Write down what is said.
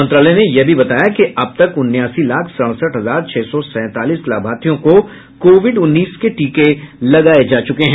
मंत्रालय ने यह भी बताया कि अब तक उनासी लाख सड़सठ हजार छह सौ सैंतालीस लाभार्थियों को कोविड उन्नीस के टीके लगाये जा चुके हैं